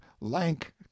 lank